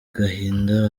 agahinda